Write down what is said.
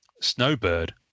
Snowbird